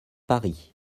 paris